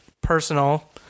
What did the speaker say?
personal